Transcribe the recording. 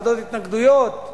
ועדות התנגדויות.